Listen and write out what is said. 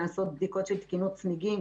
נעשות בדיקות של תקינות צמיגים,